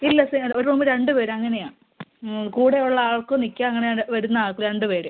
ഇല്ല സാർ ഒരു റൂമ് രണ്ട് പേര് അങ്ങനെയാണ് കൂടെ ഉള്ള ആൾക്ക് നിൽക്കാൻ അങ്ങനെ ആണ് വരുന്ന രണ്ട് പേർ